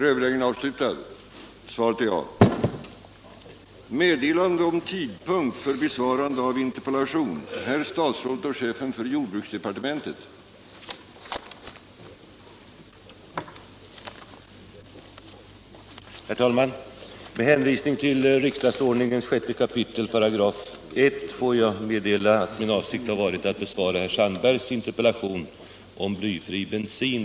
Herr talman! Med hänvisning till 6 kap. 1 § riksdagsordningen får jag meddela att min avsikt har varit att den 29 april 1977 besvara herr Sandbergs interpellation om blyfri bensin.